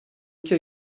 iki